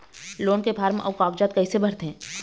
Loan के form अऊ कागजात कइसे भरथें?